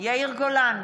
יאיר גולן,